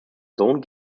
sohn